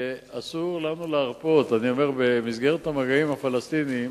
שאסור לנו להרפות במסגרת המגעים עם הפלסטינים.